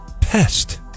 Pest